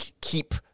keep